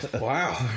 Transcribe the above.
Wow